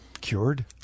Cured